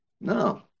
no